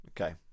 Okay